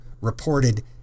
reported